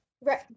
Right